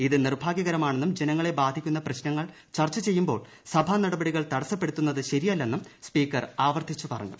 ഇത് നിർഭാഗ്യകരമാണെന്നും ജനങ്ങളെ ബാധിക്കുന്ന പ്രശ്നങ്ങൾ ചർച്ച ചെയ്യുമ്പോൾ സഭാനടപടികൾ തടസപ്പെടുത്തുന്നത് ശരിയല്ലെന്നും സ്പീക്കർ ആവർത്തിച്ച് പറഞ്ഞു